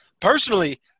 personally